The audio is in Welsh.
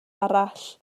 arall